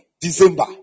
December